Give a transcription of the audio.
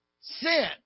sin